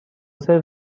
سرو